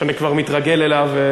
שאני כבר מתרגל אליו.